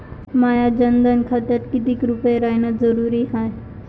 माह्या जनधन खात्यात कितीक रूपे रायने जरुरी हाय?